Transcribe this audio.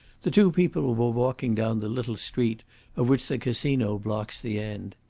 the two people were walking down the little street of which the casino blocks the end.